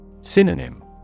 Synonym